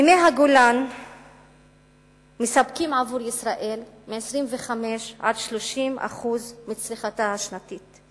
מימי הגולן מספקים עבור ישראל 25% 30% מצריכתה השנתית.